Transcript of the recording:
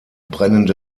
brennende